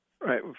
Right